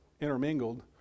intermingled